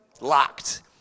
locked